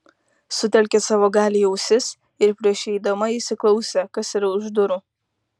sutelkė savo galią į ausis ir prieš įeidama įsiklausė kas yra už durų